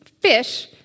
fish